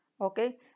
Okay